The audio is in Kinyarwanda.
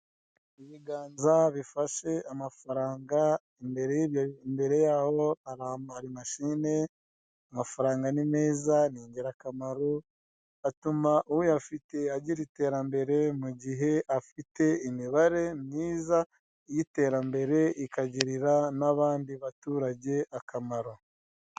Ibiganza bifashe amafaranga imbere ye hari mashine, amafaranga ni meza ni ingirakamaro atuma uyafite agira iterambere mu gihe afite imibare myiza yiterambere ikagirira n'abandi baturage akamaro.